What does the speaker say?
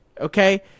Okay